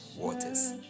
waters